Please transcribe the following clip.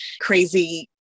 crazy